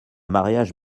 mariage